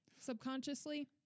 subconsciously